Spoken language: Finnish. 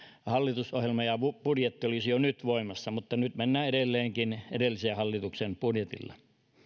hallitusohjelma ja budjetti olisivat jo nyt voimassa mutta nyt mennään edelleenkin edellisen hallituksen budjetilla